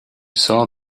saw